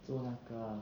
做那个